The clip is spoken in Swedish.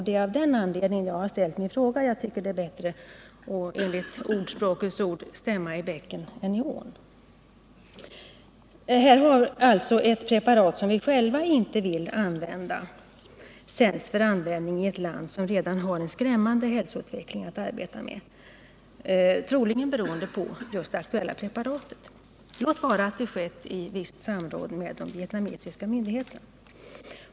Det är av den anledningen jag har ställt min fråga. Jag tycker det är bättre att i enlighet med ordspråket stämma i bäcken än i ån. Här har alltså ett preparat som vi själva inte vill använda sänts för användning i ett land som redan har en skrämmande hälsoutveckling att arbeta med, troligen beroende på just det aktuella preparatet — låt vara att detta skett i visst samråd med landets myndigheter.